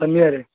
ଶନିବାରରେ